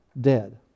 dead